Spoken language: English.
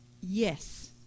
yes